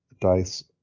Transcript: dice